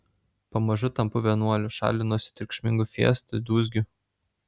pamažu tampu vienuoliu šalinuosi triukšmingų fiestų dūzgių